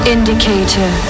Indicator